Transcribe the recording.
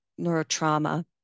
neurotrauma